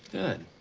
good.